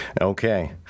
Okay